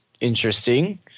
interesting